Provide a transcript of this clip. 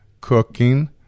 cooking